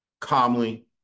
calmly